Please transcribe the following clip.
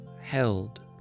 held